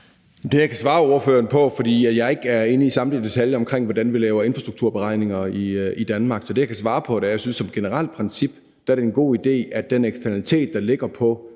Det, jeg kan svare spørgeren på – for jeg er ikke inde i samtlige detaljer omkring, hvordan vi laver infrastrukturberegninger i Danmark – er, at det som generelt princip er en god idé, at den eksternalitet, der ligger på